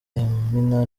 yamina